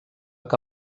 que